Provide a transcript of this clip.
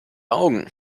augen